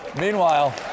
Meanwhile